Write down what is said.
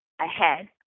ahead